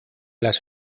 las